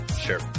sure